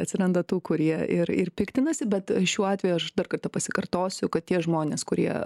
atsiranda tų kurie ir ir piktinasi bet šiuo atveju aš dar kartą pasikartosiu kad tie žmonės kurie